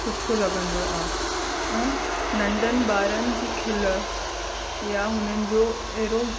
सुठो लॻंदो आहे ऐं नंढ़नि ॿारनि जी खिल या हुननि जो अहिड़ो